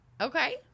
Okay